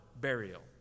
burial